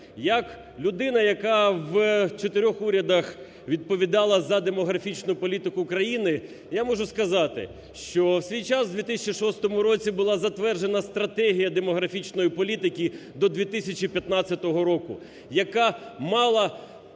Як людина, яка в чотирьох урядах відповідала за демографічну політику України, я можу сказати, що в свій час в 2006 році була затверджена стратегія демографічної політики до 2015 року, яка мала